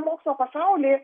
mokslo pasaulyje